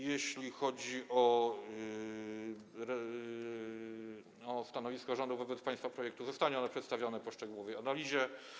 Jeśli chodzi o stanowisko rządu wobec państwa projektu, zostanie ono przedstawione po szczegółowej analizie.